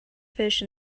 fish